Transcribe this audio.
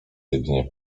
jedynie